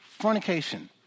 fornication